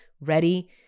ready